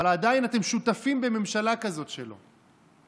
אבל עדיין אתם שותפים בממשלה כזאת שלו.